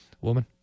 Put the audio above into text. woman